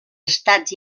estats